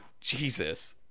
Jesus